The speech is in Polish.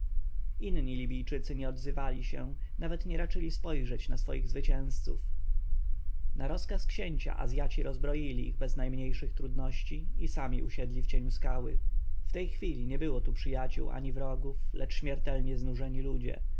inni libijczycy nie odzywali się nawet nie raczyli spojrzeć na swoich zwycięzców na rozkaz księcia azjaci rozbroili ich bez trudności i sami usiedli w cieniu skały w tej chwili nie było tu przyjaciół ani wrogów lecz śmiertelnie znużeni ludzie